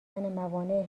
موانع